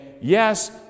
yes